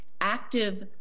active